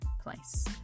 place